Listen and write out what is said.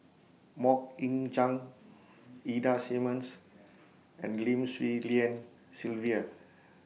Mok Ying Jang Ida Simmons and Lim Swee Lian Sylvia